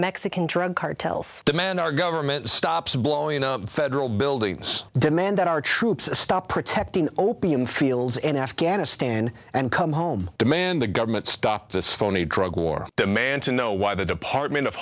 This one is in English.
mexican drug cartels demand our government stops blowing up federal buildings demand that our troops stop protecting opium fields in afghanistan and come home demand the government stop this phony drug war demand to know why the department of